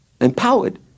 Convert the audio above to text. Empowered